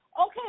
Okay